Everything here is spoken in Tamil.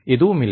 எதுவுமில்லை